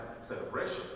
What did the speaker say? celebration